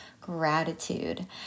gratitude